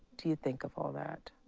do you think of all that?